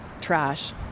trash